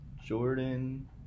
Jordan